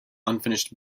unfinished